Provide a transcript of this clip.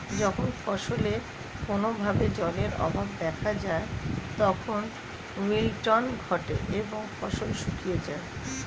যখন ফসলে কোনো ভাবে জলের অভাব দেখা যায় তখন উইল্টিং ঘটে এবং ফসল শুকিয়ে যায়